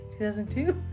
2002